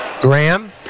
Graham